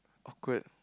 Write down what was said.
awkward